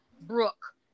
Brooke